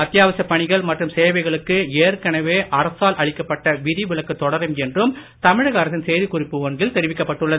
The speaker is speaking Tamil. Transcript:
அத்தியாவசிய பணிகள் மற்றும் சேவைகளுக்கு ஏற்கனவே அரசால் அளிக்கப்பட்ட விதிவிலக்கு தொடரும் என்றும் தமிழக அரசின் செய்தி குறிப்பு ஒன்றில் தெரிவிக்கப்பட்டுள்ளது